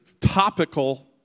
topical